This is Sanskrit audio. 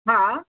हा